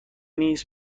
نیز